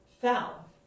fell